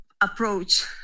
approach